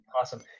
Awesome